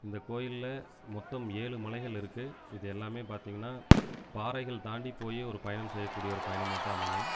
இந்த கோயிலில் மொத்தம் ஏழு மலைகள் இருக்குது இது எல்லாமே பார்த்திங்கன்னா பாறைகள் தாண்டி போய் ஒரு பயணம் செய்யக்கூடிய ஒரு பயணமாகத்தான் அமையும்